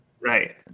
right